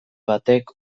batek